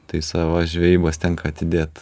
tai savas žvejybas tenka atidėt